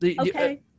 okay